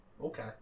Okay